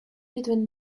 between